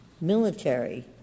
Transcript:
military